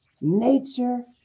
nature